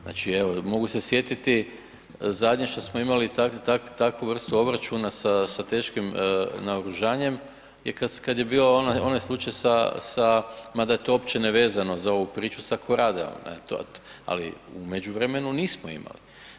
Znači evo mogu se sjetiti zadnje što smo imali takvu vrstu obračuna sa teškim naoružanjem je kad je bio onaj slučaj sa, mada je to uopće nevezano za ovu priču, sa Koradeom, ne, ali u međuvremenu nismo imali.